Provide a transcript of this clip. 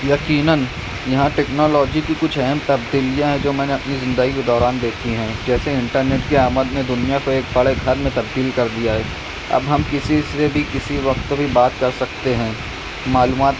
یقیناً یہاں ٹیکنالوجی کی کچھ اہم تبدیلیاں ہیں جو میں نے اپنی زندگی کے دوران دیکھی ہیں جیسے انٹرنیٹ کی آمد نے دنیا کو ایک بڑے گھر میں تبدیل کر دیا ہے اب ہم کسی سے بھی کسی وقت بھی بات کر سکتے ہیں معلومات